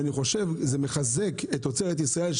ואני חושב שזה מחזק את תוצרת ישראל,